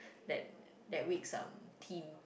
that that with some team